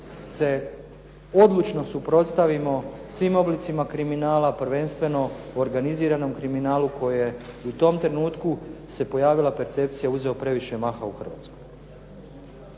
se odlučno suprotstavimo svim oblicima kriminala, prvenstveno organiziranom kriminalu koji je u tom trenutku se pojavila percepcija uzeo previše maha u Hrvatskoj.